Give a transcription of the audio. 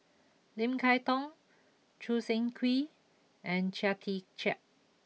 Lim Kay Tong Choo Seng Quee and Chia Tee Chiak